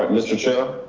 mr. chair,